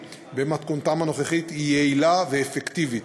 במתכונתם הנוכחית היא יעילה ואפקטיבית.